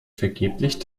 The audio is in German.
vergeblich